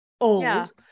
old